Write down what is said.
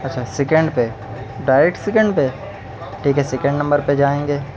اچھا سیکنڈ پہ direct second پہ ٹھیک ہے سیکنڈ نمبر پہ جائیں گے